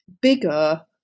bigger